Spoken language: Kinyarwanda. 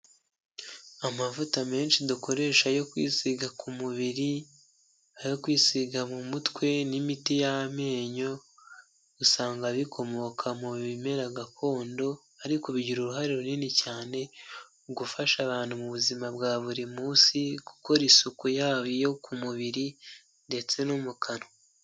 Amavuta menshi dukoresha yo kwisiga ku mubiri, ayo kwisiga mu mutwe n'imiti y'amenyo. Usanga bikomoka mu bimera gakondo ariko bigira uruhare runini cyane mu gufasha abantu mu buzima bwa buri munsi, gukora isuku yaba yo ku mubiri ndetse no mukanwa.